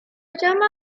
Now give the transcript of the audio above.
llama